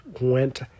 Went